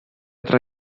tra